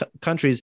countries